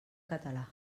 català